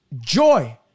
joy